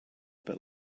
but